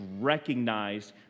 recognized